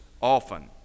Often